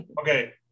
Okay